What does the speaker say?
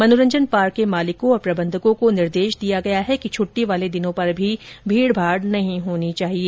मनोरंजन पार्क के मालिकों और प्रबंधकों को निर्देश दिया गया है कि छुट्टी वाले दिनों पर भी भीड़भाड़ नहीं होनी चाहिए